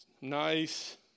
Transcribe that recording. nice